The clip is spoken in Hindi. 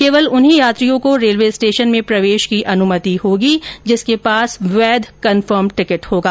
केवल उन्हीं यात्रियों को रेलवे स्टेशन में प्रवेश की अनुमति होगी जिसके पास वैध कम्फर्म टिकिट होगा